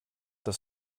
das